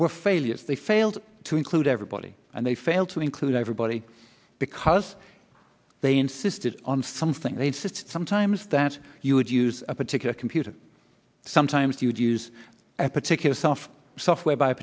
were failures they failed to include everybody and they failed to include everybody because they insisted on something they insist sometimes that you would use a particular computer sometimes you would use a particular set of software by